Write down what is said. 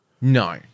No